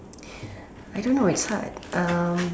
I don't know it's hard um